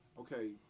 okay